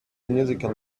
musical